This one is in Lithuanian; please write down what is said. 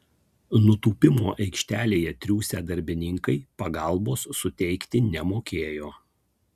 nutūpimo aikštelėje triūsę darbininkai pagalbos suteikti nemokėjo